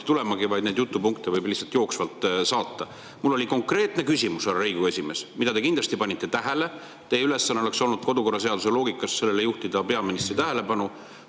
tulema, vaid need jutupunktid võib lihtsalt jooksvalt saata. Mul oli konkreetne küsimus, härra Riigikogu esimees – te kindlasti panite tähele ja teie ülesanne oleks olnud kodukorraseaduse loogika alusel juhtida sellele peaministri tähelepanu